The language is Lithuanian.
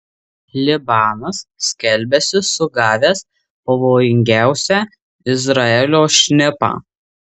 libanas skelbiasi sugavęs pavojingiausią izraelio šnipą